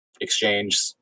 exchange